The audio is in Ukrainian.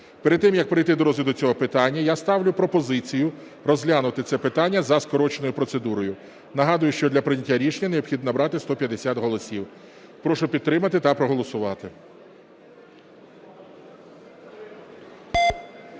Перед тим, як перейти до розгляду цього питання, я ставлю пропозицію розглянути це питання за скороченою процедурою. Нагадую, що для прийняття рішення необхідно набрати 150 голосів. Прошу підтримати та проголосувати.